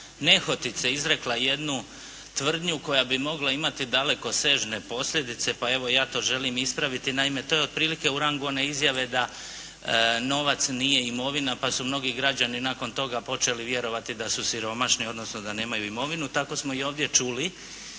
nehotice iznijela jednu tvrdnju koja bi mogla imati dalekosežne posljedice pa evo ja to želim ispraviti. Naime to je otprilike u rangu one izjave da novac nije imovina pa su mnogi građani nakon toga počeli vjerovati da su siromašni odnosno da nemaju imovinu. Tako smo i ovdje čuli